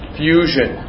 fusion